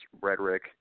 rhetoric